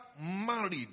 married